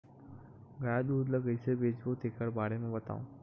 गाय दूध ल कइसे बेचबो तेखर बारे में बताओ?